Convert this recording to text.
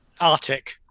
arctic